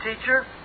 teacher